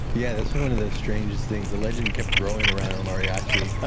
yeah that's one of those strange things. the legend kept growing around el mariachi, ah